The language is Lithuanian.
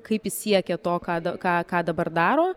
kaip jis siekia to ką ką ką dabar daro